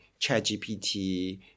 ChatGPT